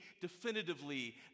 definitively